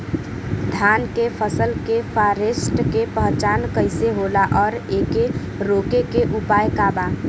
धान के फसल के फारेस्ट के पहचान कइसे होला और एके रोके के उपाय का बा?